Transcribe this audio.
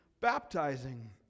baptizing